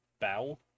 bow